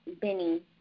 Benny